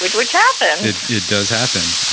which which happened it does happen,